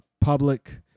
public